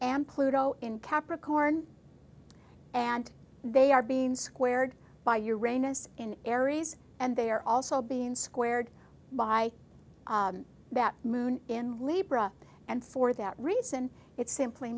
am pluto in capricorn and they are being squared by your anus in aries and they are also being squared by that moon in libra and for that reason it simply